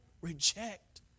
reject